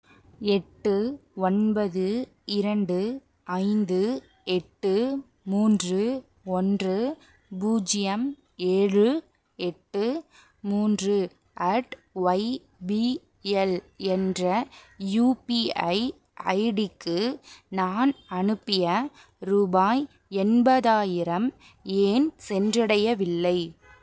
எட்டு ஒன்பது இரண்டு ஐந்து எட்டு மூன்று ஒன்று பூஜ்ஜியம் ஏழு எட்டு மூன்று அட் ஒய்பிஎல் என்ற யுபிஐ ஐடிக்கு நான் அனுப்பிய ருபாய் எண்பதாயிரம் ஏன் சென்றடையவில்லை